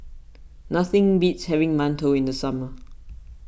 nothing beats having Mantou in the summer